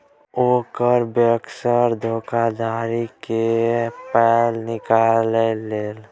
ओकर बैंकसँ धोखाधड़ी क कए पाय निकालि लेलकै